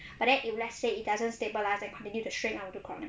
but then if let's say it doesn't stabilised and continue to shrink I will do crowning